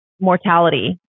mortality